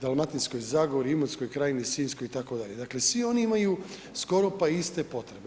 Dalmatinskoj zagori, Imotskoj krajini, Sinjskoj itd., dakle svi oni imaju skoro pa iste potrebe.